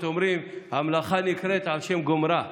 אומרים שהמלאכה נקראת על שם גומרה.